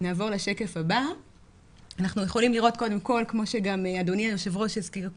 בשקף הבא אנחנו יכולים לראות קודם כל כפי שגם אדוני היו"ר הזכיר קודם,